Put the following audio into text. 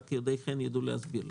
רק יודעי ח"ן יידעו להסביר.